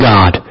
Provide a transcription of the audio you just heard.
God